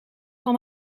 van